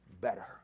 better